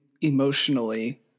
emotionally